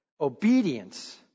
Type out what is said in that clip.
Obedience